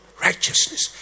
righteousness